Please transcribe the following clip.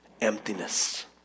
emptiness